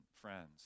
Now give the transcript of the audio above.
friends